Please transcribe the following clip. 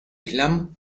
islam